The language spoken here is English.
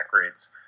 rates